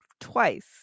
twice